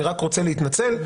אני רק רוצה להתנצל,